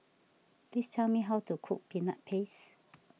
please tell me how to cook Peanut Paste